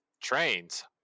Trains